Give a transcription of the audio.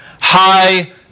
high